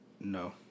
No